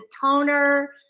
toner